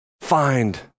Find